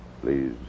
Please